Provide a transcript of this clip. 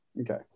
okay